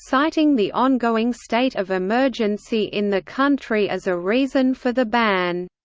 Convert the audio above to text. citing the ongoing state of emergency in the country as a reason for the ban.